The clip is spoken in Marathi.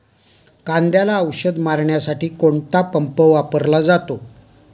कांद्याला औषध मारण्यासाठी कोणता पंप वापरला जातो?